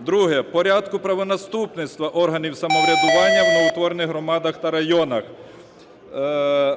Друге. В порядку правонаступництва органів самоврядування в новоутворених громадах та районах,